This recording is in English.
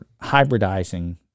hybridizing